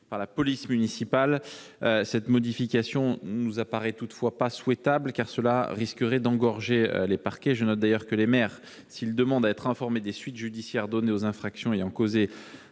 par la police municipale. Une telle modification ne nous paraît cependant pas souhaitable, car elle risquerait d'entraîner un engorgement des parquets. Je note d'ailleurs que les maires, s'ils demandent à être informés des suites judiciaires données aux infractions ayant causé